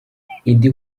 indi